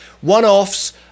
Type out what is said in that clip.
one-offs